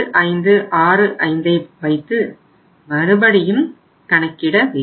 8565ஐ வைத்து மறுபடியும் கணக்கிட வேண்டும்